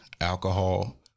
alcohol